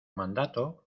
mandato